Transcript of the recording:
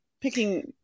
picking